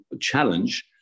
challenge